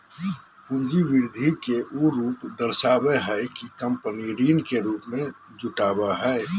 पूंजी वृद्धि के उ रूप दर्शाबो हइ कि कंपनी ऋण के रूप में जुटाबो हइ